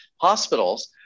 hospitals